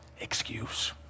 excuse